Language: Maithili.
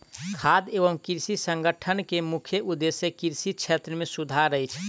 खाद्य एवं कृषि संगठन के मुख्य उदेश्य कृषि क्षेत्र मे सुधार अछि